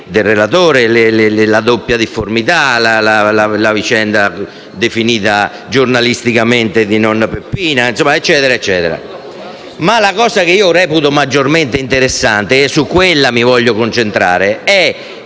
del relatore), alla doppia difformità, alla vicenda definita giornalisticamente di nonna Peppina, e via dicendo. Ma la cosa che reputo maggiormente interessante e su cui mi voglio concentrare è